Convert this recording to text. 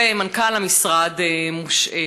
ומנכ"ל המשרד מושעה.